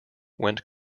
went